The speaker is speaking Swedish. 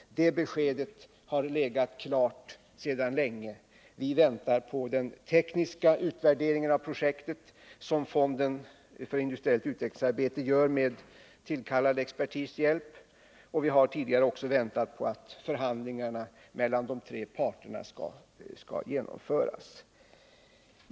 Det beskedet har legat klart länge. Vi väntar nu på den tekniska utvärderingen av projektet som fonden för industriellt utvecklingsarbete gör med hjälp av tillkallad expertis. Vi har tidigare väntat på att förhandlingarna mellan de tre parterna skulle genomföras.